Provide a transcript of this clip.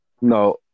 No